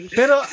pero